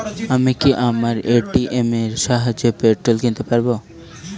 আমি কি আমার এ.টি.এম এর সাহায্যে পেট্রোল কিনতে পারব?